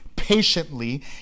Patiently